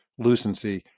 lucency